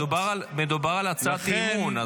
מדובר על הצעת אי-אמון,